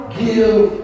give